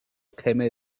came